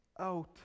out